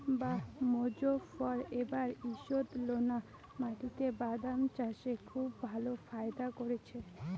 বাঃ মোজফ্ফর এবার ঈষৎলোনা মাটিতে বাদাম চাষে খুব ভালো ফায়দা করেছে